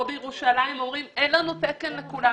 פה בירושלים אומרים, אין לנו תקן לכולם.